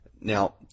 Now